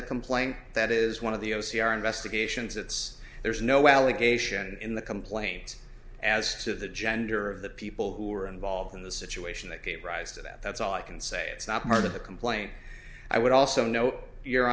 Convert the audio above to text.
the complaint that is one of the o c r investigations it's there's no allegation in the complaint as to the gender of the people who were involved in the situation that gave rise to that that's all i can say it's not part of the complaint i would also know your